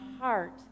heart